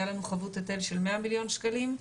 היה לנו חבות היטל של 100 מיליון שקלים,